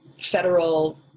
federal